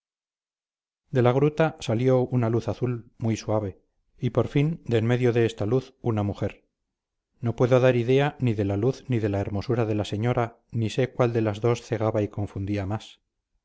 de la gruta salió una luz azul muy suave y por fin de en medio de esta luz una mujer no puedo dar idea ni de la luz ni de la hermosura de la señora ni sé cuál de las dos cegaba y confundía más